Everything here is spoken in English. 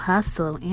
Hustle